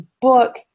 book